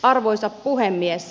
arvoisa puhemies